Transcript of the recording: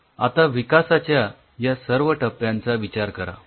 आता विकासाच्या या सर्व टप्प्यांचा विचार करा